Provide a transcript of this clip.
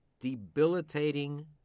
debilitating